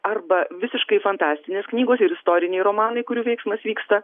arba visiškai fantastinės knygos ir istoriniai romanai kurių veiksmas vyksta